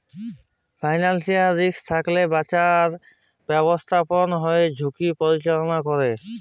financial risk থ্যাইকে বাঁচার ব্যবস্থাপলা হছে ঝুঁকির পরিচাললা ক্যরে